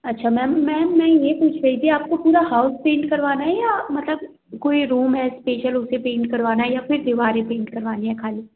अच्छा ma'am ma'am मैं ये पूछ रही थी आपको पूरा हाउस पेंट करवाना है या मतलब कोई रूम है इस्पेशल उसे पेंट करवाना है या फिर दीवारें पेंट करवानी हैं ख़ाली